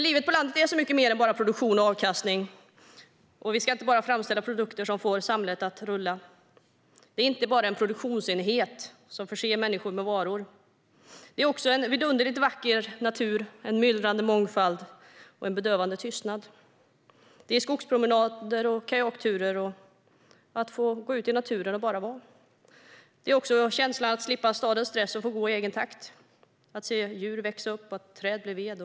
Livet på landet är så mycket mer än bara produktion och avkastning. Vi ska inte bara framställa produkter som får samhället att rulla. Landsbygden är inte bara en produktionsenhet som ska förse människor med varor. Det är också en vidunderligt vacker natur, en myllrande mångfald och en bedövande tystnad. Det är skogspromenader, kajakturer och att få gå ut i naturen och bara vara. Man får också känslan av att slippa stadens stress och få gå i egen takt. Man får se djur växa upp, att träd bli ved.